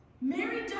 Mary